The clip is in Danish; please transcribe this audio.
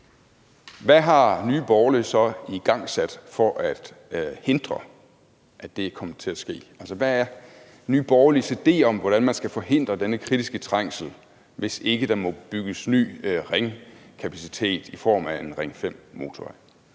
hvad Nye Borgerlige så har igangsat for at hindre, at det kommer til at ske. Altså, hvad er Nye Borgerliges idé om, hvordan man skal forhindre denne kritiske trængsel, hvis ikke der må bygges ny ringkapacitet i form af en Ring 5-motorvej?